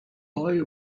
boy